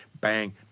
Bang